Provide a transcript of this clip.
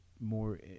more